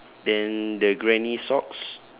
then the granny socks